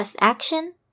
action